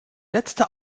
letzte